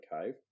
cave